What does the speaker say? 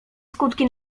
skutki